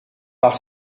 par